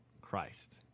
Christ